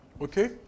okay